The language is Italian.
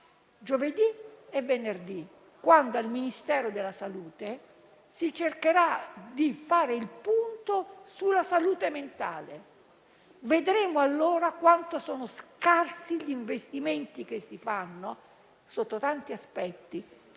giovedì e venerdì, quando al Ministero della salute si cercherà di fare il punto sulla salute mentale. Vedremo allora quanto sono scarsi gli investimenti che si fanno, sotto tanti aspetti,